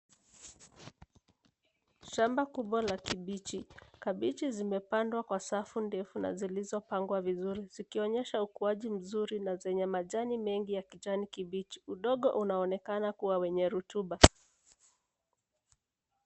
Shamba kubwa la kabichi. Kabichi zimepandwa kwa safu ndefu na zilizopangwa vizuri zikionyesha ukuaji mzuri na zenye majani mengi ya kijani kibichi. Udongo unaonekana kuwa wenye rutuba.